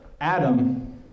Adam